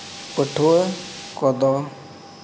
ᱯᱟᱹᱴᱷᱩᱣᱟᱹ ᱠᱚᱫᱚ